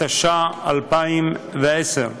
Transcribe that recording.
התש"ע 2010,